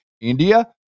India